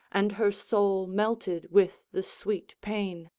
and her soul melted with the sweet pain.